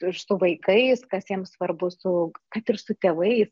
ir su vaikais kas jiems svarbu su kad ir su tėvais